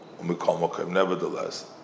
Nevertheless